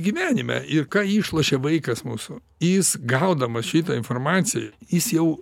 gyvenime ir ką išlošia vaikas mūsų jis gaudamas šitą informaciją jis jau